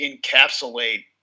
encapsulate